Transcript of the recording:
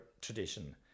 tradition